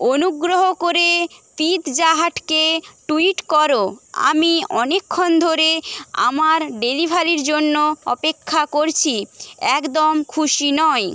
অনুগ্রহ করে পিৎজাহাটকে টুইট করো আমি অনেকক্ষণ ধরে আমার ডেলিভারির জন্য অপেক্ষা করছি একদম খুশি নই